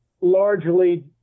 largely